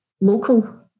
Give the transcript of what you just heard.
local